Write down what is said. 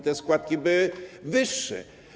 Te składki były wyższe.